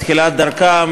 בתחילת דרכה,